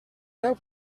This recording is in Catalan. deu